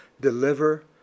deliver